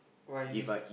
why you this